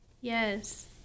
Yes